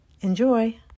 Enjoy